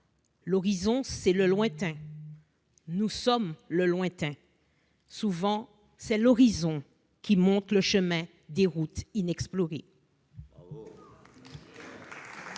L'horizon, c'est le lointain. Nous sommes le lointain. Souvent, c'est l'horizon qui montre le chemin des routes inexplorées.